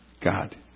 God